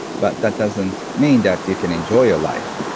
but that doesn't mean that you can enjoy your life.